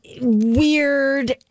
weird